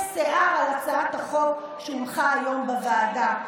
שיער על הצעת החוק שהונחה היום בוועדה.